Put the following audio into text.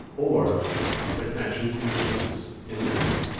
or the connection consists in this,